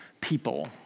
people